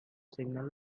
signal